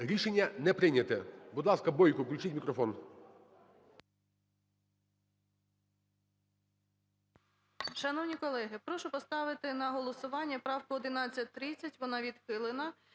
Рішення не прийнято. Будь ласка, Бойко. Включіть мікрофон.